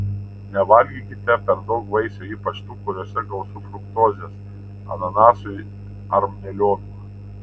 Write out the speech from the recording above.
nevalgykite per daug vaisių ypač tų kuriuose gausu fruktozės ananasų ar melionų